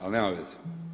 Ali nema veze.